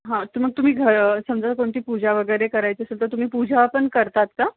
हां त मग तुम्ही घ समजा कोणती पूजा वगैरे करायची असेल तर तुम्ही पूजा पण करतात का